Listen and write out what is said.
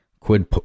quid